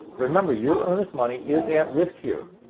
remember your earnest money is at risk here.